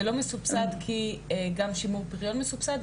זה לא מסובסד כי גם שימור פריון מסובסד,